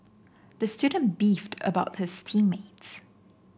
the student beefed about his team mates